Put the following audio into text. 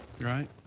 Right